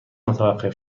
متوقف